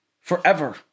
forever